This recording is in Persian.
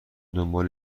دنبال